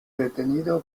detenido